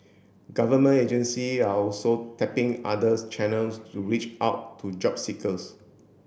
government agency are also tapping others channels to reach out to job seekers